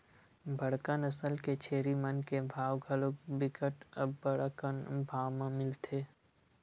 बड़का नसल के छेरी मन के भाव घलोक बिकट अब्बड़ अकन भाव म मिलथे